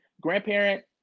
grandparent